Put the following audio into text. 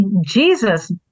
Jesus